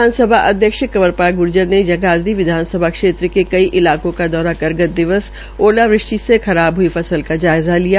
विधानसभा अध्यक्ष कंवर पाल ग्र्जर ने जगाधरी विधानसभा क्षेत्र के कई इलाकों का दौरा कर गत दिवस ओलावृष्टि से खराब हुई फसल का जायज़ा लिया